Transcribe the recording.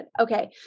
Okay